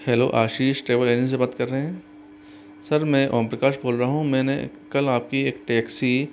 hello Ashish travel agency से बात कर रहे हैं सर मैं ओमप्रकाश बोल रहा हूँ मैंने कल आपकी एक टैक्सी